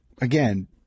again